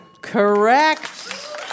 Correct